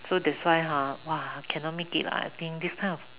so that's why ha !wah! cannot make it lah I think this kind of